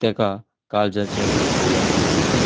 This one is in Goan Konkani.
ताका काळजाचें दुयेंस म्हणटात